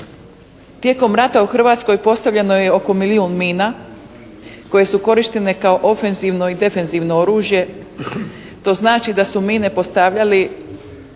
Tijekom rata u Hrvatskoj postavljeno je oko milijun mina koje su korištene kao ofenzivno i defenzivno oružje. To znači da su mine postavljali